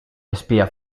espía